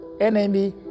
Enemy